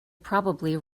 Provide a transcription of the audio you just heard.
probably